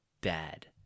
bad